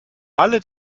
alle